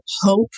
hope